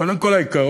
קודם כול העיקרון.